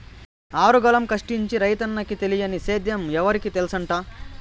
ఆరుగాలం కష్టించి రైతన్నకి తెలియని సేద్యం ఎవరికి తెల్సంట